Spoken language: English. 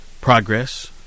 progress